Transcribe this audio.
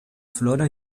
flora